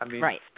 Right